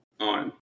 on